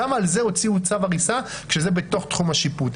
גם על זה הוציאו צו הריסה כשזה בתוך תחום השיפוט,